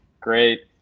Great